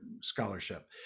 scholarship